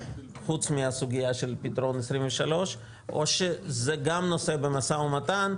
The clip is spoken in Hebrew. חוץ מהסוגיה של יתרון 23 או שזה גם נושא במשא ומתן,